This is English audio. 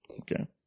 Okay